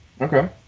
Okay